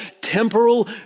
temporal